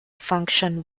function